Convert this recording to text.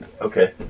Okay